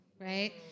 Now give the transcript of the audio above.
right